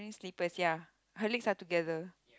slippers ya her legs are together